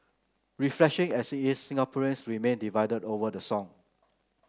refreshing as is Singaporeans remain divided over the song